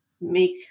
make